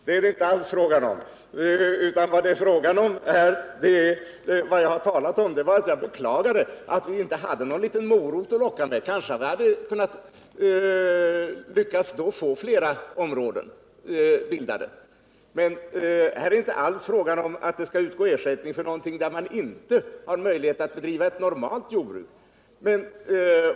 Herr talman! Nej, det är det inte alls fråga om, Svante Lundkvist. Vad jag här gjort är att jag beklagat att vi inte hade någon liten morot att locka med. Kanske vi då hade lyckats få flera områden bildade. Men här är inte alls fråga om att det skall utgå ersättning för någonting där man inte har möjlighet att bedriva ett normalt jordbruk.